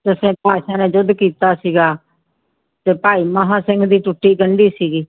ਦਸਵੇਂ ਪਾਤਸ਼ਾਹ ਨੇ ਯੁੱਧ ਕੀਤਾ ਸੀਗਾ ਅਤੇ ਭਾਈ ਮਹਾ ਸਿੰਘ ਦੀ ਟੁੱਟੀ ਗੰਢੀ ਸੀਗੀ